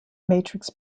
matrix